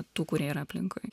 tų kurie yra aplinkui